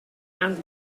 and